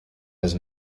has